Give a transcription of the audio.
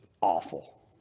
awful